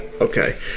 okay